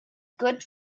good